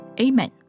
Amen